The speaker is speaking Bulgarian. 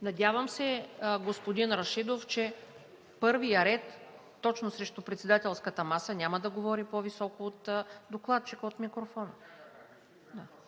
Надявам се, господин Рашидов, че първият ред – точно срещу председателската маса, няма да говори по-високо от докладчика – от микрофона?